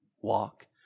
walk